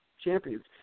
champions